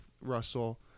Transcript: Russell